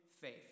faith